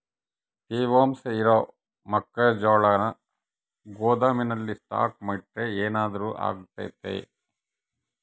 ತೇವಾಂಶ ಇರೋ ಮೆಕ್ಕೆಜೋಳನ ಗೋದಾಮಿನಲ್ಲಿ ಸ್ಟಾಕ್ ಇಟ್ರೆ ಏನಾದರೂ ಅಗ್ತೈತ?